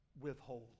withhold